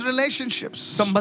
Relationships